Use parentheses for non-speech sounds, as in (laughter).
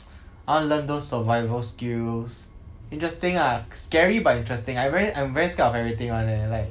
(noise) (breath) I wanna learn those survival skills interesting ah scary but interesting I very I'm very scared of everything one leh like